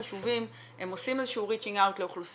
חשובים, הם עושים איזשהו reaching out לאוכלוסייה,